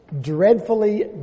dreadfully